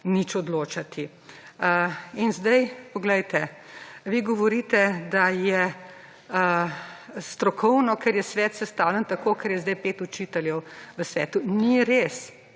nič odločati. In zdaj, poglejte, vi govorite, da je strokovno, ker je svet sestavljen tako, ker je zdaj pet učiteljev v svetu – ni res!